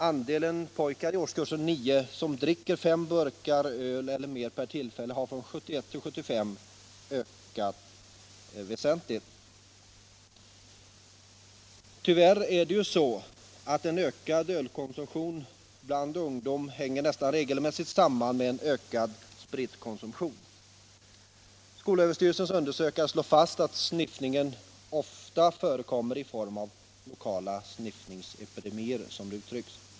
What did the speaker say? Andelen pojkar i årskurs 9 som dricker fem burkar öl eller mer per tillfälle har från 1971 till 1975 ökat väsentligt. Tyvärr hänger en ökad ölkonsumtion bland ungdomarna nästan regelmässigt samman med en ökad spritkonsumtion. Skolöverstyrelsens undersökare slår fast att sniffningen ofta förekommer i form av — som det uttrycks — lokala sniffningsepidemier.